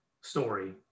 story